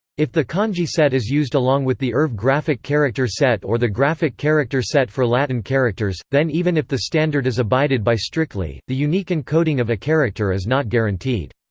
if the kanji set is used along with the irv graphic character set or the graphic character set for latin characters, then even if the standard is abided by strictly, the unique encoding of a character is not guaranteed.